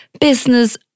business